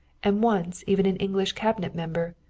and once even an english cabinet member,